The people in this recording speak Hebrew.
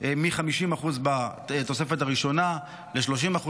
מ-50% בתוספת הראשונה ל-30%,